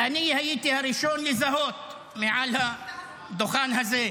שעוד לא שמענו, בבקשה.